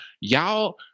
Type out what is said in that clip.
Y'all